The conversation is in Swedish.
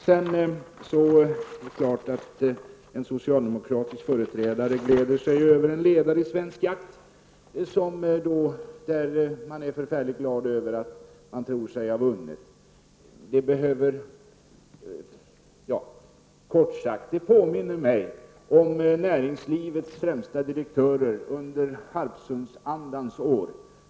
Det är klart att en socialdemokratisk företrädare gläder sig över en ledare i Svensk Jakt i vilken man är förfärlig glad över att man tror sig ha vunnit. Kort sagt: Det påminner mig om näringslivets främsta direktörer under Harpsundsandans år.